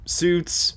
suits